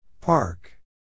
Park